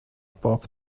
bob